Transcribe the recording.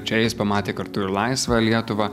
čia jis pamatė kartu ir laisvą lietuvą